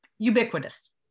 ubiquitous